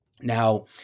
Now